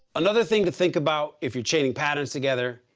another thing to think about, if you're chaining patterns together,